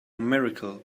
miracle